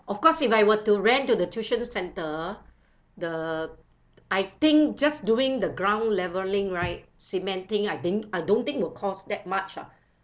of course if I were to rent to the tuition centre the I think just doing the ground leveling right cementing I think I don't think will cost that much ah